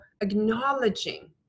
acknowledging